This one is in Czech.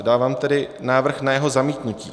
Dávám tedy návrh na jeho zamítnutí.